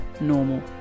normal